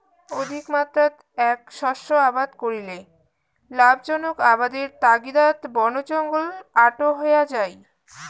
অধিকমাত্রাত এ্যাক শস্য আবাদ করিলে লাভজনক আবাদের তাগিদাত বনজঙ্গল আটো হয়া যাই